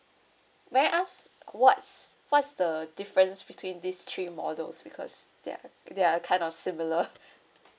may I ask what's what's the difference between these three models because they're they're kind of similar